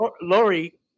Lori